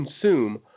consume